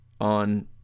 on